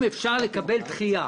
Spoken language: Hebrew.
האם אפשר לקבל דחייה